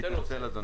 צודק, אדוני.